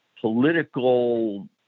political